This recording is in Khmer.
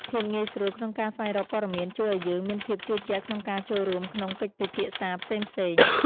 ភាពងាយស្រួលក្នុងការស្វែងរកព័ត៌មានជួយឱ្យយើងមានភាពជឿជាក់ក្នុងការចូលរួមក្នុងកិច្ចពិភាក្សាផ្សេងៗ។